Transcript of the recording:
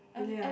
ya